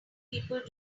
people